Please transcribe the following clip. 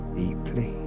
deeply